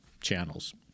channels